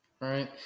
right